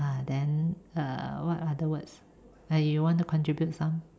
uh then uh what other words uh you want to contribute some